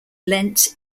lent